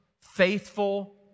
faithful